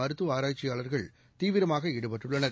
மருத்துவஆராய்ச்சியாளர்கள் தீவிரமாகஈடுபட்டுள்ளனர்